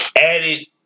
added